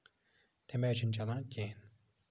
تَمہِ آیہِ چھُنہٕ چَلان کیٚنہہ